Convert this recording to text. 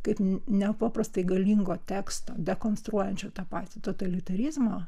kaip nepaprastai galingo teksto dekonstruojančio tą patį totalitarizmą